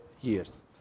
years